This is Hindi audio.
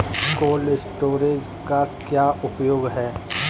कोल्ड स्टोरेज का क्या उपयोग है?